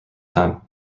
time